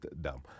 dumb